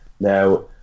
Now